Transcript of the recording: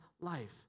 life